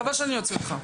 חבל שאוציא אותך.